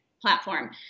platform